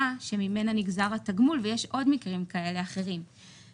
שממנה נגזר התגמול ויש עוד מקרים כאלה אחרים.